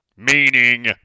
Meaning